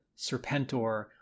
Serpentor